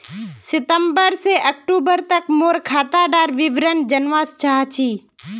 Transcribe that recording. सितंबर से अक्टूबर तक मोर खाता डार विवरण जानवा चाहची?